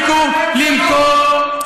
נתניהו היה ראש הממשלה?